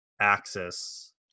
axis